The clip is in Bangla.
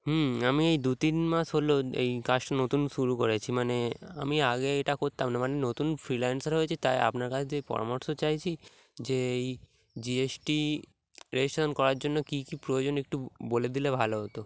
হুম আমি এই দু তিন মাস হলো এই কাজটা নতুন শুরু করেছি মানে আমি আগে এটা করতাম না মানে নতুন ফ্রিল্যান্সার হয়েছে তাই আপনার কাছ দিয়ে পরামর্শ চাইছি যে এই জিএসটি রেজিস্ট্রেশান করার জন্য কী কী প্রয়োজন একটু বলে দিলে ভালো হতো